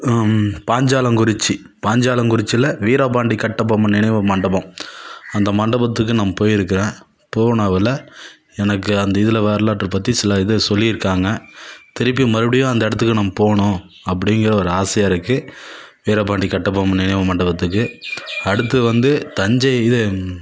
பாஞ்சாலங்குறிச்சி பாஞ்சாலங்குறிச்சியில் வீரப்பாண்டி கட்டபொம்மன் நினைவு மண்டபம் அந்த மண்டபத்துக்கு நான் போயிருக்கிறேன் போனாவல எனக்கு அந்த இதில் வரலாற்றை பற்றி சில இது சொல்லிருக்காங்க திருப்பி மறுபடியும் அந்த இடத்துக்கு நான் போகணும் அப்படிங்குற ஒரு ஆசையாக இருக்குது வீரபாண்டிய கட்டபொம்மன் நினைவு மண்டபத்துக்கு அடுத்து வந்து தஞ்சை இது